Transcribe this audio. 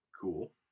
Cool